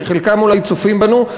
שחלקם אולי צופים בנו,